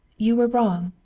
you were wrong.